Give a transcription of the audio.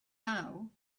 now